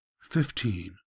Fifteen